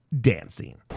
dancing